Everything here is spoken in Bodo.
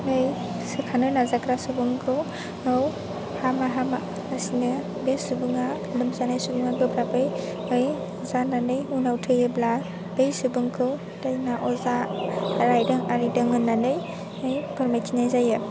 सोखानो नाजाग्रा सुबुंखौ हामा हामा जासिनो बे सुबुङा लोमजानाय सुबुङा गोब्राबै जानानै उनाव थैयोब्ला बे सुबुंखौ दायना अजा रायदों आरिदों होन्नानै फोरमायथिनाय जायो